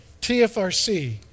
TFRC